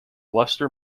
luster